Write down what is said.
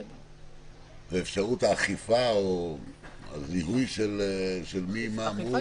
אפשרות האכיפה או הזיהוי של מה --- האכיפה